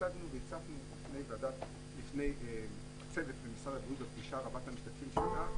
הצגנו והצפנו בפני צוות ממשרד הבריאות בפגישה רבת המשתתפים שהייתה,